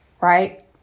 right